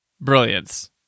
brilliance